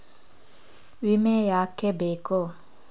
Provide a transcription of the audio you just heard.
ವಿಮೆ ಯಾಕೆ ಬೇಕು?